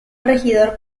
regidor